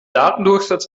datendurchsatz